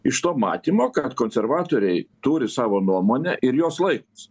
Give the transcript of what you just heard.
iš to matymo kad konservatoriai turi savo nuomonę ir jos laikosi